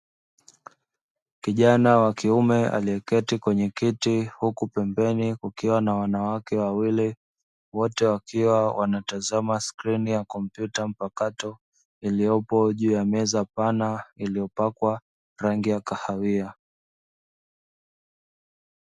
Kijana wa kiume aliyeketi kwenye kiti, huku pembeni kukiwa na wanawake wawili, wote wakiwa wanatazama skrini ya kompyuta mpakato iliyopo juu ya meza pana iliyopakwa rangi ya kahawia.